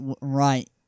right